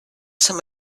some